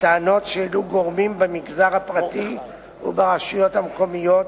בטענות שהעלו גורמים במגזר הפרטי וברשויות המקומיות,